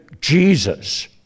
Jesus